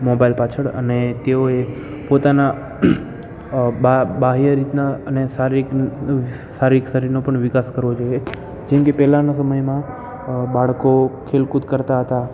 mobile પાછળ અને તેઓએ પોતાના બાહ્ય રીતના અને શારીરિક શરીરનો પણ વિકાસ કરવો જોઈએ જેમકે પહેલાનો સમયમાં બાળકો ખેલ કુદ કરતા હતા